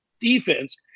Defense